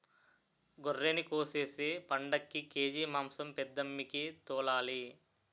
గొర్రినికోసేసి పండక్కి కేజి మాంసం పెద్దమ్మికి తోలాలి